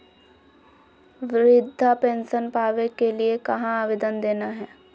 वृद्धा पेंसन पावे के लिए कहा आवेदन देना है?